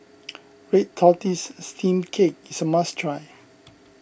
Red Tortoise Steamed Cake is a must try